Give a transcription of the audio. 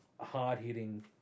hard-hitting